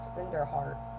Cinderheart